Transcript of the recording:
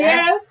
Yes